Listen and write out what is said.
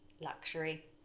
luxury